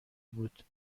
بود